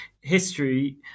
history